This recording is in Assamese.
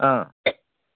অঁ